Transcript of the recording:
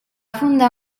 fundar